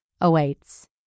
awaits